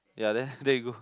ya there there you go